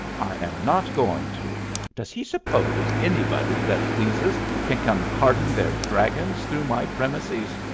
i am not going to does he suppose anybody that pleases can come carting their dragons through my premises?